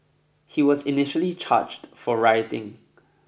he was initially charged for rioting